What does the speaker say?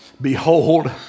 Behold